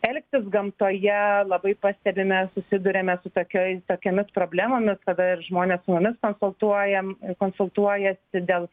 elgtis gamtoje labai pastebime susiduriame su tokioj tokiomis problemomis kada ir žmonės su mumis konsultuojam konsultuojasi dėl